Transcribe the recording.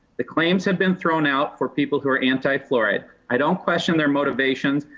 the claims have been thrown out for people who are anti fluoride. i don't question their motivations,